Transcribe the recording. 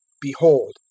behold